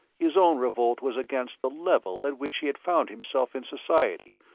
his own revolt was against the level at which he had found himself in society,